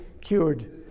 cured